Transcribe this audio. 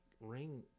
Ring